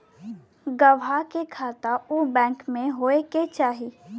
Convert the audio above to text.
गवाह के खाता उ बैंक में होए के चाही